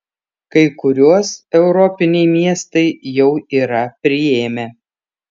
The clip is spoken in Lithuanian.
kai kuriuos europiniai miestai jau yra priėmę